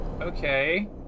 Okay